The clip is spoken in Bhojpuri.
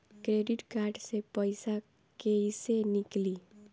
क्रेडिट कार्ड से पईसा केइसे निकली?